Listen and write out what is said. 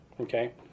Okay